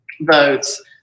votes